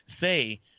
say